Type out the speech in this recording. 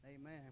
Amen